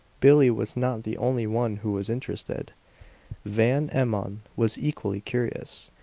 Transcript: billie was not the only one who was interested van emmon was equally curious,